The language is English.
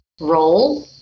role